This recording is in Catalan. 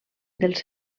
dels